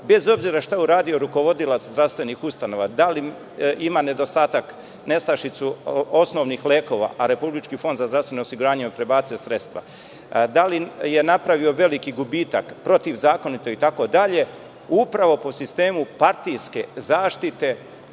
bez obzira šta uradio rukovodilac zdravstvenih ustanova. Da li ima nedostatak, nestašicu osnovnih lekova, a Republički fond za zdravstveno osiguranje je prebacio sredstva. Da li je napravio veliki gubitak protivzakonito itd, upravo po sistemu partijske zaštite,